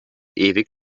ewig